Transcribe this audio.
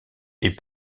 est